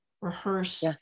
rehearse